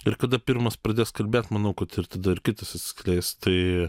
ir kada pirmas pradės kalbėt manau kad ir tada ir kitas atsiskleist tai